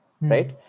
right